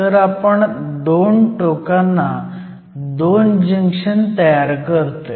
तर आपण दोन टोकांना 2 जंक्शन तयार करतोय